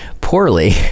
poorly